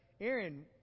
Aaron